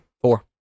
Four